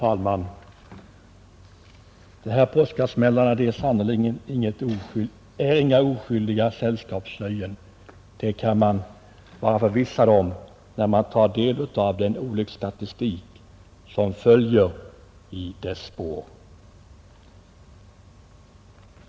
Herr talman! Påsksmällarna är sannerligen inga oskyldiga sällskapsnöjen, det kan man bli förvissad om när man tar del av den olycksstatistik som följer i deras spår.